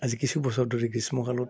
আজি কিছু বছৰ ধৰি গ্ৰীষ্মকালত